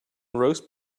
roast